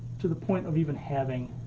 to the point of even having,